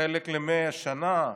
חלק ל-100 שנה.